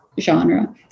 genre